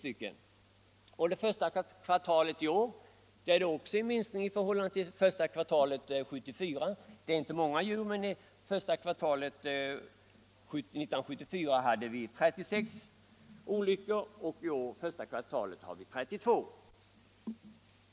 Under det första kvartalet i år hade vi också en minskning i förhållande till första kvartalet 1974, även om det inte gäller många djur. Första kvartalet 1974 hade vi 36 olyckor och första kvartalet i år 32.